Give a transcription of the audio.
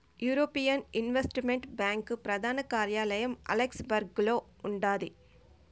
European investment bank ప్రదాన కార్యాలయం లక్సెంబర్గులో ఉండాది